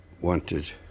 wanted